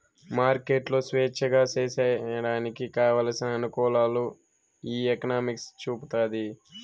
మార్కెట్లు స్వేచ్ఛగా సేసేయడానికి కావలసిన అనుకూలాలు ఈ ఎకనామిక్స్ చూపుతాది